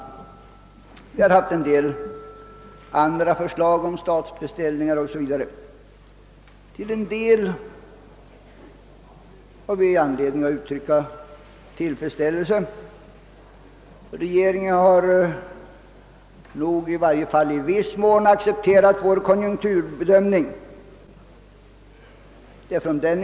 Vi har också framlagt andra förslag om statsbeställningar m.m. Till en del har vi anledning att uttrycka tillfredsställelse, ty regeringen har nog i viss mån accepterat vår konjunkturbedömning.